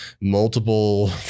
multiple